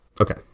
Okay